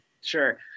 Sure